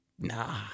Nah